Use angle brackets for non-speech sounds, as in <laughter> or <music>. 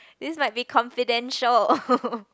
this might be confidential <laughs>